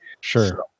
Sure